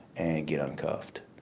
and get uncuffed.